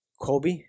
kobe